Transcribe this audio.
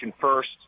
first